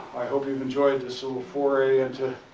i hope you've enjoyed this little foray into